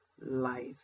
life